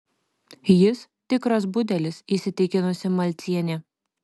jis tikras budelis įsitikinusi malcienė